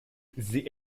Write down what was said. sie